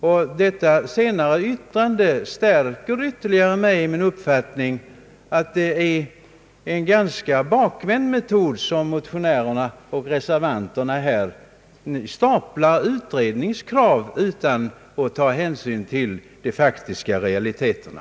Fröken Stenbergs yttrande stärker mig ytterligare i min uppfattning att det är en ganska bakvänd metod då motionärerna och reservanterna här staplar utredningskrav utan hänsyn till realiteterna.